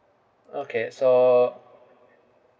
okay so